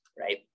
right